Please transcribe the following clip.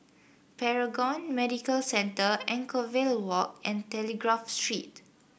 Paragon Medical Centre Anchorvale Walk and Telegraph Street